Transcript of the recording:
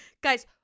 Guys